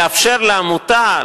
לאפשר לעמותה,